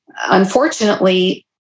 Unfortunately